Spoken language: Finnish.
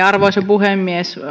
arvoisa puhemies